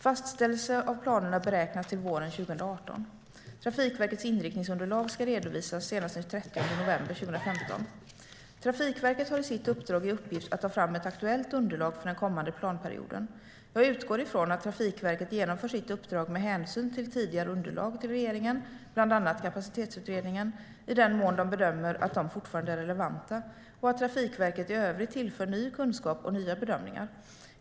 Fastställelse av planerna beräknas till våren 2018. Trafikverkets inriktningsunderlag ska redovisas senast den 30 november 2015. Trafikverket har i sitt uppdrag i uppgift att ta fram ett aktuellt underlag för den kommande planperioden. Jag utgår från att Trafikverket genomför sitt uppdrag med hänsyn till tidigare underlag till regeringen, bland annat kapacitetsutredningen, i den mån det bedömer att de fortfarande är relevanta och att Trafikverket i övrigt tillför ny kunskap och nya bedömningar.